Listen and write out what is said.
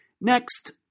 Next